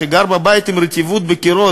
שגר בבית עם רטיבות בקירות